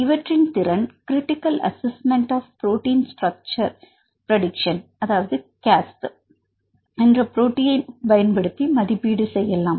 இவற்றின் திறன் critical assessment of protein structure prediction CASP என்ற போட்டியைப் பயன்படுத்தி மதிப்பீடு செய்யலாம்